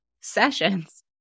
sessions